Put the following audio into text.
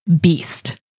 Beast